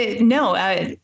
no